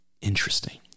interesting